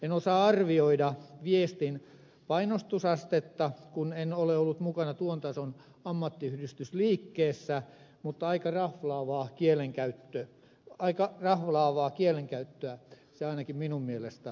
en osaa arvioida viestin painostusastetta kun en ole ollut mukana tuon tason ammattiyhdistysliikkeessä mutta aika raflaavaa kielenkäyttöä se ainakin minun mielestäni oli